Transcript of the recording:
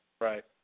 right